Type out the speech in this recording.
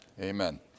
Amen